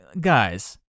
Guys